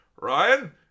Ryan